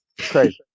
crazy